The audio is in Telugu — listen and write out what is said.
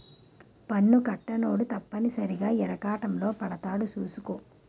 పన్ను కట్టనోడు తప్పనిసరిగా ఇరకాటంలో పడతాడు సూసుకో